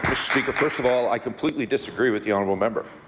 of all i completely disagree with the honourable member.